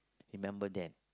remember that